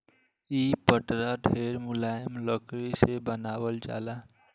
इ पटरा ढेरे मुलायम लकड़ी से बनावल जाला